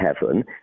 heaven